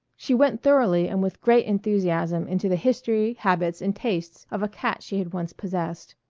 she went thoroughly and with great enthusiasm into the history, habits, and tastes of a cat she had once possessed.